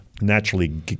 naturally